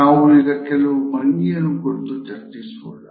ನಾವು ಈಗ ಕೆಲವು ಭಂಗಿಯನ್ನು ಕುರಿತು ಚರ್ಚಿಸೋಣ